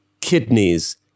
kidneys